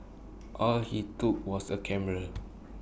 all he took was A camera